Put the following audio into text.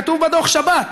כתוב בדוח: שבת.